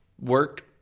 work